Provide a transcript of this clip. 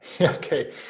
Okay